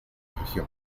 región